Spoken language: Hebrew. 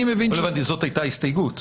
לא הבנתי, זאת הייתה ההסתייגות.